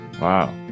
Wow